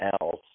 else